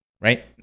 Right